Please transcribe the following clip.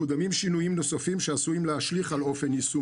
מקודמים שינויים נוספים שעשויים להשליך על אופן יישום